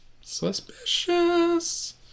suspicious